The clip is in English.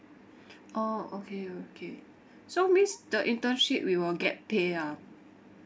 oh okay okay so means the internship we will get pay ah